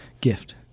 gift